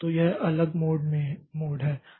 तो ये अलग मोड हैं